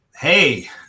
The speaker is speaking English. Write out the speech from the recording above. hey